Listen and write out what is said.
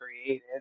created